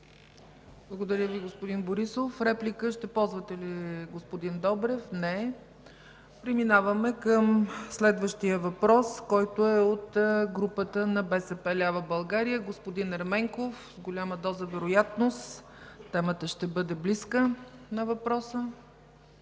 Благодаря, господин Борисов. Ще ползвате ли реплика, господин Добрев? Не. Преминаваме към следващия въпрос, който е от групата на БСП лява България. Господин Ерменков. С голяма доза вероятност темата на въпроса